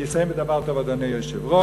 אני אסיים בדבר טוב, אדוני היושב-ראש.